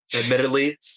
admittedly